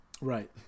right